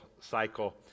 cycle